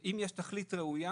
אם יש תכלית ראויה